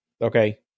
Okay